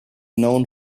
known